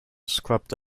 scrubbed